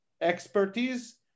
expertise